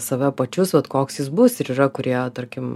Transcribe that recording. save pačius vat koks jis bus ir yra kurie tarkim